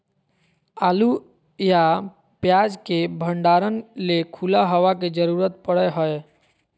आलू या प्याज के भंडारण ले खुला हवा के जरूरत पड़य हय